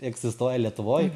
egzistuoja lietuvoj